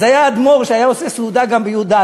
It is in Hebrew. אז היה אדמו"ר שהיה עושה סעודה גם בי"א.